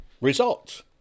results